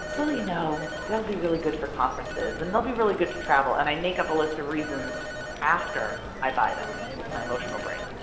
will you know be really good for conferences and they'll be really good to travel. and i make up a list of reasons after i buy them with my emotional brain.